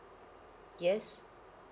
yes